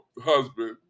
husband